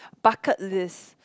bucket list